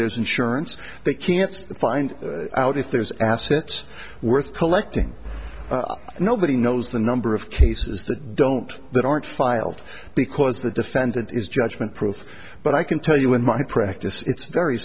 there's insurance they can't find out if there's assets worth collecting and nobody knows the number of cases that don't that aren't filed because the defendant is judgment proof but i can tell you in my practice it's very